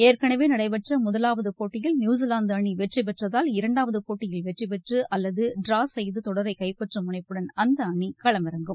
ஏற்கனவே நடைபெற்ற முதலாவது போட்டியில் நியூசிலாந்து அணி வெற்றிபெற்றதால் இரண்டாவது போட்டியில் வெற்றிபெற்று அல்லது ட்ரா செய்து தொடரை கைப்பற்றும் முனைப்புடன் அந்த அணி களமிறங்கும்